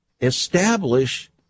establish